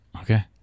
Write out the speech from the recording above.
Okay